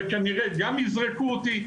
וכנראה גם יזרקו אותי.